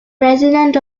president